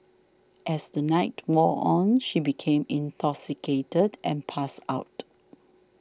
as the night wore on she became intoxicated and passed out